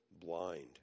blind